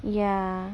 ya